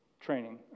training